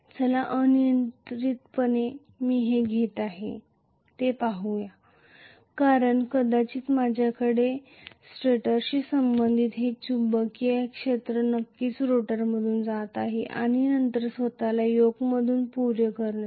चला स्वैरपणे मी घेत आहे हे पाहूया कारण कदाचित माझ्याकडे कदाचित स्टेटरशी संबंधित हे चुंबकीय क्षेत्र नक्कीच रोटरमधून जात आहे आणि नंतर स्वतःला योकमधून पूर्ण करीत आहे